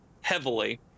heavily